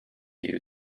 you